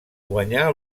guanyà